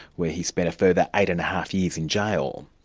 where he spent a further eight and a half years in jail.